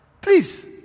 please